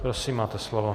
Prosím, máte slovo.